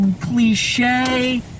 cliche